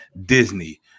Disney